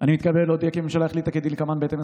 אני מתכבד להודיע כי הממשלה החליטה כדלקמן: 1. בהתאם